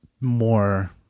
more